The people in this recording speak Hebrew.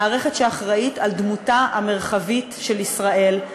מערכת שאחראית לדמותה המרחבית של ישראל,